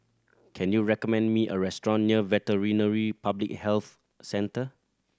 can you recommend me a restaurant near Veterinary Public Health Centre